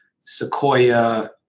Sequoia